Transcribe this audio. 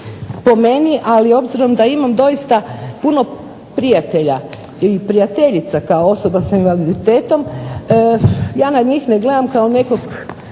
po meni, ali obzirom da imam puno prijatelja i prijateljica kao osoba s invaliditetom, ja na njih ne gledam s nekom